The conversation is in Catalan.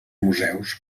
museus